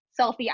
selfie